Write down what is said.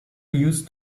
used